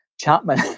Chapman